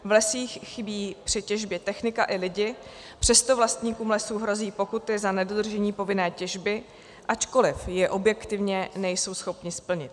V lesích chybí při těžbě technika i lidé, přesto vlastníkům lesů hrozí pokuty za nedodržení povinné těžby, ačkoliv ji objektivně nejsou schopni splnit.